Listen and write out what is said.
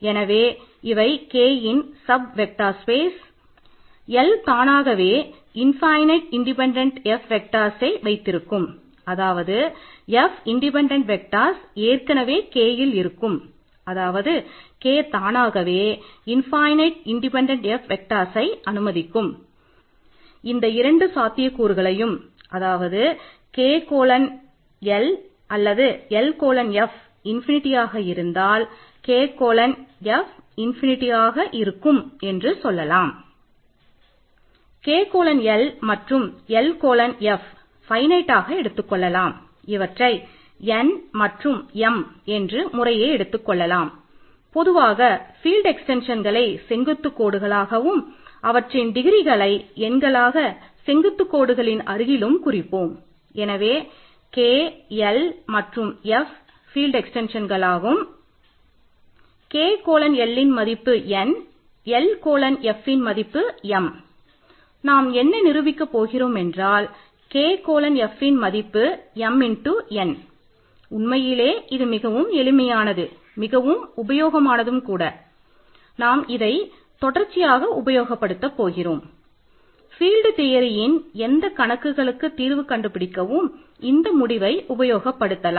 எனவே K L F field எக்ஸ்டென்ஷன்களாகும் எந்த கணக்குகளுக்கும் தீர்வு கண்டுபிடிக்க இந்த முடிவை நாம் உபயோகப்படுத்தலாம்